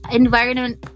environment